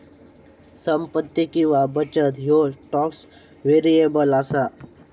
संपत्ती किंवा बचत ह्यो स्टॉक व्हेरिएबल असा